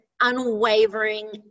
unwavering